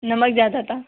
नमक ज़्यादा था